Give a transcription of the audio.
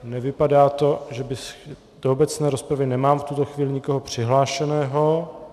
Nevypadá to, do obecné rozpravy nemám v tuto chvíli nikoho přihlášeného.